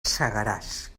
segaràs